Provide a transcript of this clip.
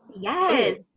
Yes